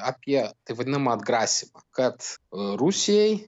apie tai vadinama atgrasymą kad rusijai